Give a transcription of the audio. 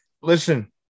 Listen